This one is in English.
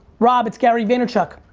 rob, it's gary vaynerchuk.